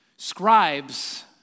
Scribes